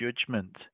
judgment